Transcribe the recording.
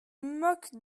moque